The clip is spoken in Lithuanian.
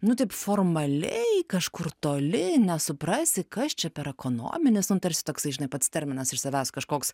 nu taip formaliai kažkur toli nesuprasi kas čia per ekonominis nutarsi toksai žinai pats terminas iš savęs kažkoks